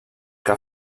que